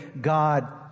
God